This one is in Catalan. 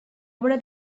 obra